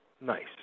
Nice